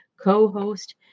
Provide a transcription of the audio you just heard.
co-host